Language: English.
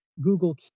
Google